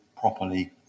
properly